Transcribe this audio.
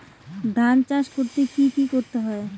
ধান চাষ করতে কি কি করতে হয়?